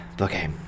Okay